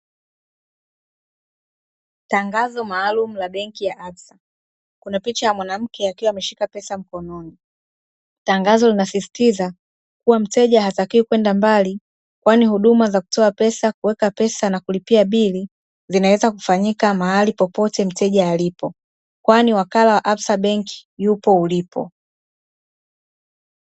Tangazo maalumu la benki ya "absa". Kuna picha ya mwanamke akiwa ameshika pesa mkononi. Tangazo linasisitiza kuwa mteja hatakiwi kwenda mbali kwani huduma za kutoa pesa, kuweka pesa na kulipia bili zinaweza kufanyika mahali popote mteja alipo. Kwani wakala wa "absa benki" tupo ulipo.